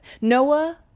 noah